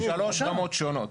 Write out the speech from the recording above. יש שלוש רמות שונות.